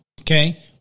Okay